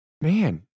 Man